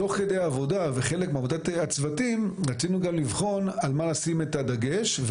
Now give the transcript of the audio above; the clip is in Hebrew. תוך כדי העבודה וחלק מעבודת הצוותים רצינו גם לבחון על מה לשים את הדגש,